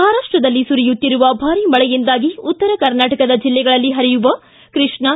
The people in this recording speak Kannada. ಮಹಾರಾಷ್ನದಲ್ಲಿ ಸುರಿಯುತ್ತಿರುವ ಭಾರಿ ಮಳೆಯಿಂದಾಗಿ ಉತ್ತರಕರ್ನಾಟಕದ ಜಿಲ್ಲೆಗಳಲ್ಲಿ ಹರಿಯುವ ಕೃಷ್ಣಾ